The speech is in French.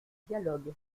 dialogue